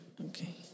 Okay